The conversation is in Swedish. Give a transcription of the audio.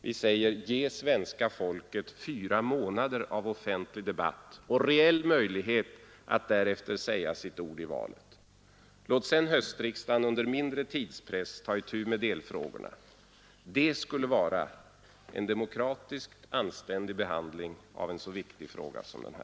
Vi säger: Ge svenska folket fyra månader av offentlig debatt och reell möjlighet att därefter säga sitt ord i valet. Låt sedan höstriksdagen under mindre tidspress ta itu med delfrågorna. Det skulle vara en demokratisk anständig behandling av en så viktig fråga som denna.